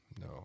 No